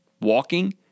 walking